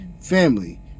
family